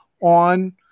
on